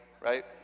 right